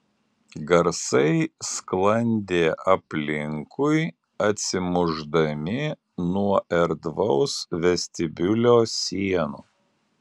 garsai sklandė aplinkui atsimušdami nuo erdvaus vestibiulio sienų